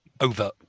over